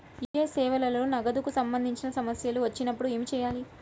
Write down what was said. UPI సేవలలో నగదుకు సంబంధించిన సమస్యలు వచ్చినప్పుడు ఏమి చేయాలి?